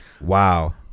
Wow